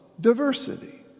diversity